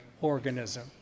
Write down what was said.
organism